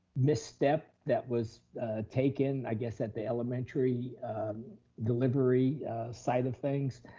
misstep that was taken, i guess at the elementary delivery site of things,